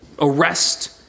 arrest